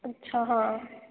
अच्छा हाँ